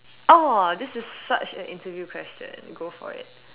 !aww! this is such an interview question go for it